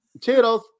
Toodles